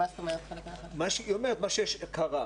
היא אומרת, מה שיש הכרה.